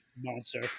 monster